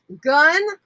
Gun